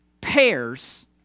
pairs